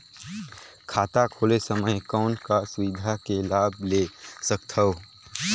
खाता खोले समय कौन का सुविधा के लाभ ले सकथव?